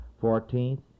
Fourteenth